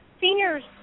seniors